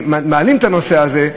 מעלים את הנושא הזה,